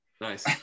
Nice